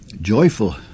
joyful